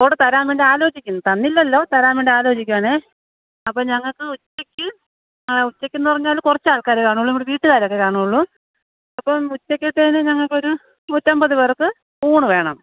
odd തരാൻ വേണ്ടി ആലോചിക്കുന്നു തന്നില്ലല്ലോ തരാൻ വേണ്ടി ആലോചിക്കുവാണേൽ അപ്പം ഞങ്ങൾക്ക് ഉച്ചയ്ക്ക് ഉച്ചയ്ക്ക് എന്ന് പറഞ്ഞാൽ കുറച്ച് ആൾക്കാർ കാണുള്ളൂ വീട്ടുകാരെ കാണുള്ളൂ അപ്പം ഉച്ചയ്ക്കത്തേന് ഞങ്ങൾക്കൊരു നൂറ്റമ്പത് പേർക്ക് ഊണ് വേണം